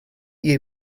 you